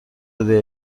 بده